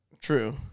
True